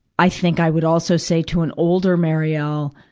i think i would also say to an older mariel,